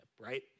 right